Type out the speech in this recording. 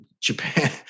japan